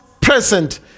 present